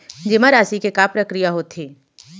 जेमा राशि के का प्रक्रिया होथे?